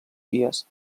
dies